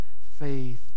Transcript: faith